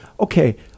Okay